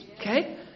okay